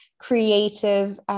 creative